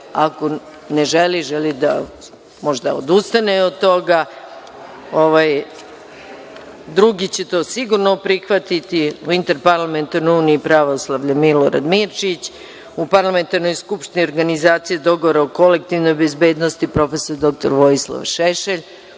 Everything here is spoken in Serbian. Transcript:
ako ne želi, želi da možda odustane od toga, drugi će to sigurno prihvatiti u Interparlamentarnoj uniji pravoslavne, Milorad Mirčić, u parlamentarnoj skupštini organizaciji dogovor o kolektivnoj bezbednosti, profesor doktor Vojislav Šešelj.